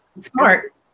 smart